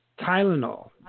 Tylenol